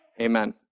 Amen